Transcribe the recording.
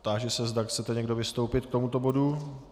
Táži se, zda chcete někdo vystoupit k tomuto bodu?